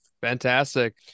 Fantastic